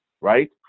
Right